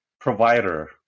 provider